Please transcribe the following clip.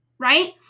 right